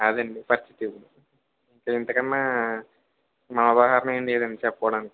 అదండి పరిస్థితి ఇప్పుడు ఇంతకన్నా ఉదాహరణ ఏం లేదండి చెప్పుకోడానికి